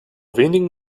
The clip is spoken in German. wenigen